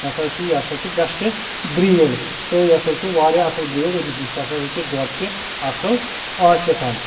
نَسا چھُ یہِ ہَسا چھُ بیٚسٹہٕ برٛیٖڈ تہٕ یہِ ہَسا چھُ واریاہ اَصٕل بریٖڈ أمِس نِش ہَسا ہیٚکہِ دۄد تہِ اَصٕل ٲسِتھ